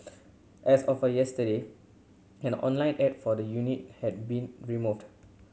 as of yesterday an online ad for the unit had been removed